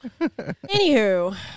Anywho